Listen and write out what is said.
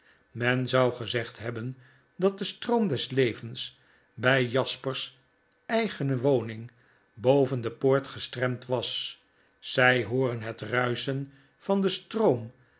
men zou gezegd hebben dat de stroom des levens bij jaspers eigene woning boven de poort ge stremd was zy hooren het ruischen van den stroom